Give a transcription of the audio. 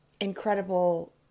incredible